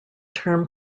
term